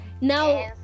now